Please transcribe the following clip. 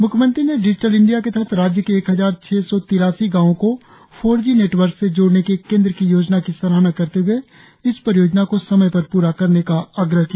म्ख्यमंत्री ने digital India के तहत राज्य के एक हजार छह सौ तीरासी गांवों को फोर जी नेटवर्क से जोड़ने के केंद्र की योजना की सराहना करते हए इस परियोजना को समय पर प्रा करने का आग्रह किया